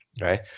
right